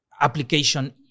application